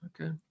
okay